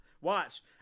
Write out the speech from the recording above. watch